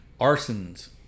arsons